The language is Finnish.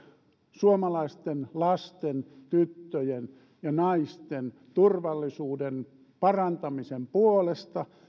suomalaisten lasten tyttöjen ja naisten turvallisuuden parantamisen puolesta